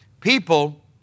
People